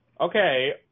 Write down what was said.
Okay